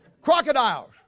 Crocodiles